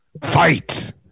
Fight